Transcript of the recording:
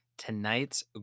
tonight's